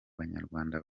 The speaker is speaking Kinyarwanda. banyarwanda